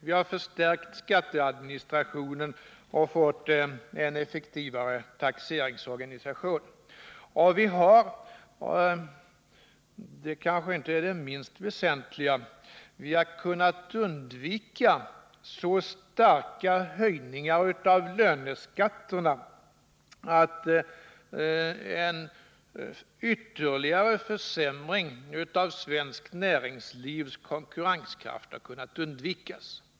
Vi har förstärkt skatteadministrationen och fått en effektivare taxeringsorganisation. Och vi har — det kanske är det inte minst väsentliga — kunnat undvika så kraftiga höjningar av löneskatterna att en ytterligare försämring av svenskt näringslivs konkurrenskraft inte blivit följden.